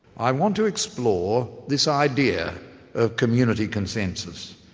i want to explore this idea of community consensus.